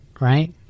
Right